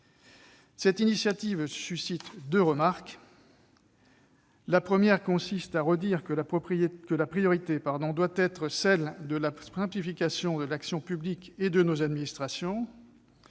Cette initiative suscite deux remarques. Premièrement, la priorité doit être celle de la simplification de l'action publique et de nos administrations.